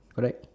correct